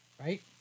Right